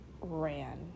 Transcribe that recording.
ran